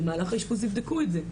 במהלך האישפוז יבדקו את זה.